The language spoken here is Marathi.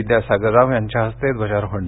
विद्यासागर राव यांच्या हस्ते ध्वजारोहण झालं